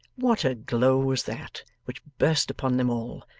what a glow was that, which burst upon them all,